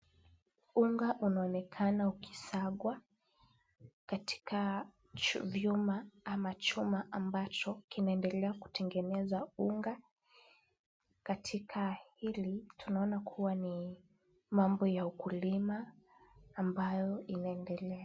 Unga unaonekana ukisagwa katika vyuma ama chuma ambacho kinaendelea kutengeneza unga. Katika hili, tunaona kuwa ni mambo ya ukulima ambayo inaendelea.